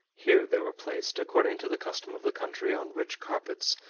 here they were placed, according to the custom of the country, on rich carpets,